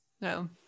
No